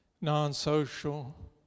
non-social